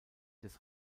des